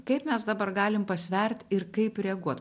kaip mes dabar galim pasvert ir kaip reaguot